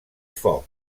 foc